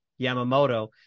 Yamamoto